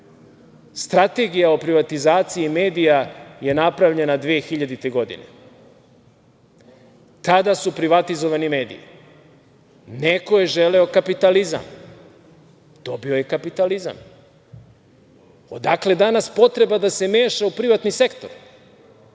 Strategija o privatizaciji medija je napravljena 2000. godine. Tada su privatizovani mediji. Neko je želeo kapitalizam, dobio je kapitalizam. Odakle danas potreba da se meša u privatni sektor? Dakle,